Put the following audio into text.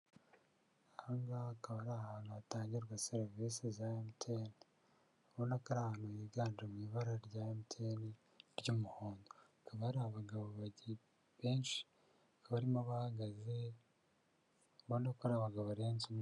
Aha ngaha akaba ari ahantu hatangirwa serivisi za MTN, ubona ko ari ahantu higanje mu ibara rya MTN ry'umuhondo, hakaba hari abagabo benshi ubonamo abahagaze ubona ko ari abagabo barenze.